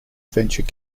venture